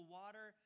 water